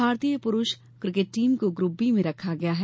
भारतीय पुरुष cricket team को ग्रूप बी में रखा गया है